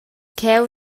cheu